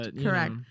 Correct